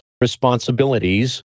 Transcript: responsibilities